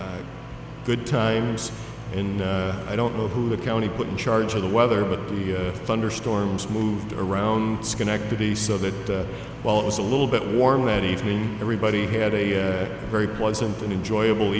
event good times and i don't know who the county put in charge of the weather but the thunderstorms moved around schenectady so that while it was a little bit warmer that evening everybody had a very pleasant and enjoyable